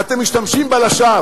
כי אתם משתמשים בה לשווא.